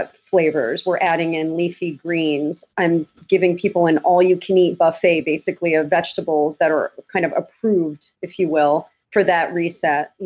ah flavors, we're adding in leafy greens. i'm giving people an all you can eat buffet, basically, of vegetables that are kind of approved, if you will, for that reset.